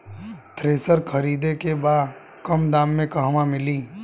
Thresher खरीदे के बा कम दाम में कहवा मिली?